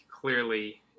clearly